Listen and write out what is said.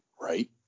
right